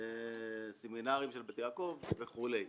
כמו סמינרים של בית יעקב וכו'.